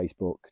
Facebook